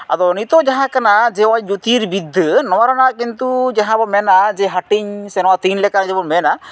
ᱟᱫᱚ ᱱᱤᱛᱳᱜ ᱡᱟᱦᱟᱸ ᱠᱟᱱᱟ ᱡᱮ ᱱᱚᱜᱼᱚᱭ ᱡᱳᱛᱤᱨᱵᱤᱫᱽᱫᱟᱹ ᱱᱚᱣᱟ ᱨᱮᱱᱟᱜ ᱠᱤᱱᱛᱩ ᱡᱟᱦᱟᱸ ᱵᱚᱱ ᱢᱮᱱᱟ ᱡᱮ ᱦᱟᱹᱴᱤᱧ ᱥᱮ ᱛᱤᱱ ᱞᱮᱠᱟ ᱛᱮᱵᱚ ᱢᱮᱱᱟ